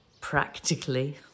Practically